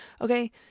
Okay